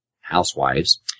housewives